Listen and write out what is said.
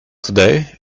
today